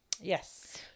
yes